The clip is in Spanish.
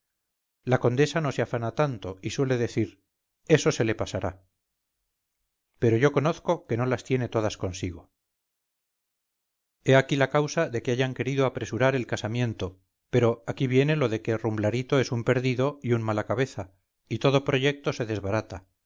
la condesa no se afana tanto y suele decir eso se le pasará pero yo conozco que no las tiene todas consigo he aquí la causa de que hayan querido apresurar el casamiento pero aquí viene lo de que rumblarito es un perdido y un mala cabeza y todo proyecto se desbarata